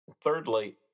Thirdly